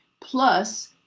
plus